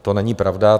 To není pravda.